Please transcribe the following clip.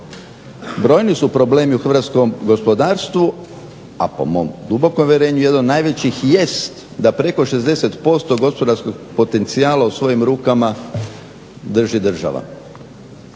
Brojni su problemi u hrvatskom gospodarstvu, a po mom dubokom uvjerenju jedan od najvećih jest da preko 60% gospodarskog potencijala u svojim rukama drži država.